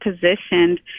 positioned